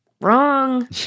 wrong